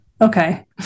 okay